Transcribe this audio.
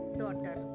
daughter